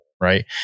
Right